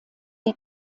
der